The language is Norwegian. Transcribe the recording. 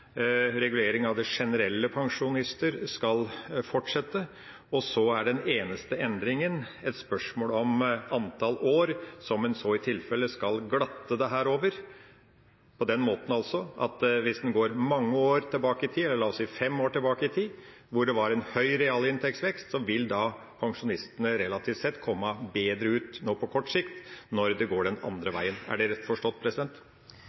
regulering av minstepensjoner skal fortsette, regulering av generelle pensjoner skal fortsette, og så er den eneste endringa et spørsmål om antall år som en i tilfelle skal glatte dette ut over, på den måten at hvis en går mange år tilbake i tid – la oss si fem år – da det var en høy realinntektsvekst, vil pensjonistene relativt sett komme bedre ut nå på kort sikt når det går den andre veien. Er det rett forstått?